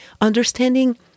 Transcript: understanding